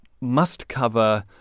must-cover